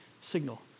signal